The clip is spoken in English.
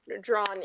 drawn